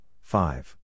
five